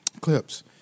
clips –